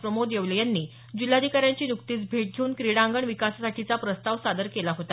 प्रमोद येवले यांनी जिल्हाधिकाऱ्यांची नुकतीच भेट घेऊन क्रीडांगण विकासासाठीचा प्रस्ताव सादर केला होता